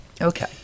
Okay